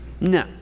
No